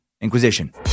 Inquisition